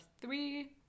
three